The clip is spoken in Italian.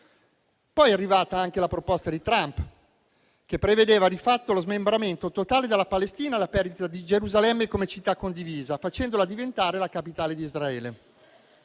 Poi è arrivata anche la proposta di Trump, che prevedeva di fatto lo smembramento totale della Palestina e la perdita di Gerusalemme come città condivisa, facendola diventare la capitale di Israele.